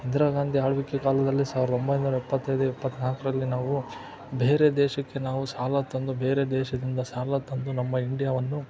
ಇಂದಿರಾಗಾಂಧಿ ಆಳ್ವಿಕೆ ಕಾಲದಲ್ಲಿ ಸಾವಿರದ ಒಂಬೈನೂರ ಎಪ್ಪತ್ತೈದು ಎಪ್ಪತ್ನಾಲ್ಕರಲ್ಲಿ ನಾವು ಬೇರೆ ದೇಶಕ್ಕೆ ನಾವು ಸಾಲ ತಂದು ಬೇರೆ ದೇಶದಿಂದ ಸಾಲ ತಂದು ನಮ್ಮ ಇಂಡಿಯಾವನ್ನು